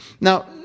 Now